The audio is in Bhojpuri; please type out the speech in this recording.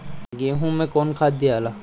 गेहूं मे कौन खाद दियाला?